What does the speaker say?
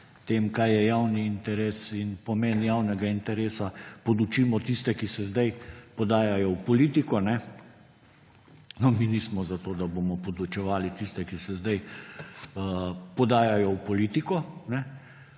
tem, kaj je javni interes in pomen javnega interesa, podučimo tiste, ki se zdaj podajajo v politiko – mi nismo, zato da bomo podučevali tiste, ki se zdaj podajajo v politiko,